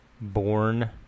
born